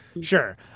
sure